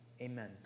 Amen